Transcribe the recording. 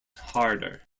harder